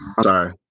sorry